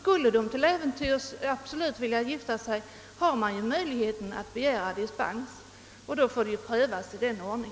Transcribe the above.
Skulle ungdomarna till äventyrs vilja gifta sig, har de ju möjlighet att begära dispens, och då får denna prövas i vanlig ordning.